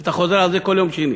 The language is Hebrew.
אתה חוזר על זה כל יום שני.